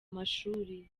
mashuri